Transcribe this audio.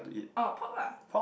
oh pop lah